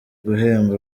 guhemba